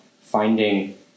finding